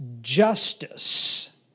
justice